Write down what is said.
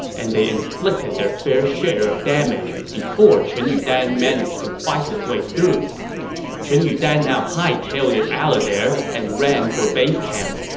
and they inflicted their fair share of damage before chun yudan managed to fight his way through chun yudan now hightailed it out of there and ran for base camp,